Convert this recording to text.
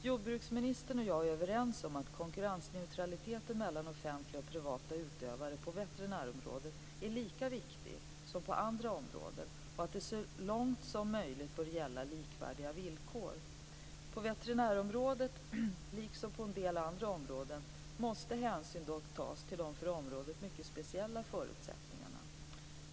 Jordbruksministern och jag är överens om att konkurrensneutraliteten mellan offentliga och privata utövare på veterinärområdet är lika viktig som på andra områden och att det så långt som möjligt bör gälla likvärdiga villkor. På veterinärområdet, liksom på en del andra områden, måste hänsyn dock tas till de för området mycket speciella förutsättningarna.